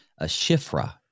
Ashifra